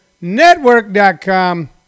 Network.com